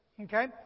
Okay